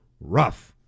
rough